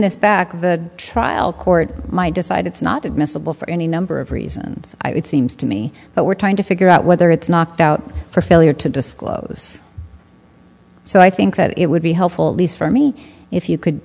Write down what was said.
this back the trial court might decide it's not admissible for any number of reasons it seems to me that we're trying to figure out whether it's knocked out for failure to disclose so i think that it would be helpful at least for me if you could